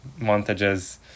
montages